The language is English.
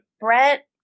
Brett